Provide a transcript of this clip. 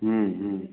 हूँ हूँ